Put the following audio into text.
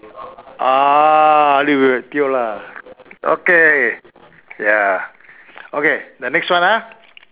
ah tio lah okay ya okay the next one ah